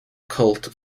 cult